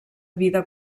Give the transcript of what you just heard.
vida